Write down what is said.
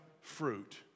fruit